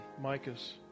Micah's